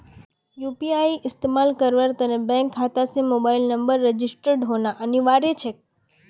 UPI इस्तमाल करवार त न बैंक खाता स मोबाइल नंबरेर रजिस्टर्ड होना अनिवार्य छेक